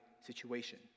situation